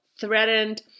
threatened